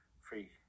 free